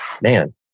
man